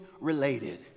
related